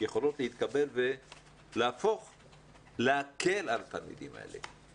יכולות להתקבל ולהקל על התלמידים האלה.